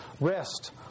rest